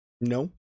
No